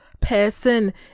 person